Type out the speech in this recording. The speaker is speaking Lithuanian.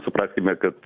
supraskime kad